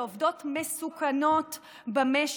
לעובדות מסוכנות במשק,